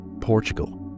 Portugal